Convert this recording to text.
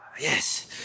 Yes